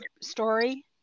story